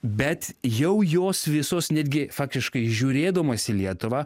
bet jau jos visos netgi faktiškai žiūrėdomas į lietuvą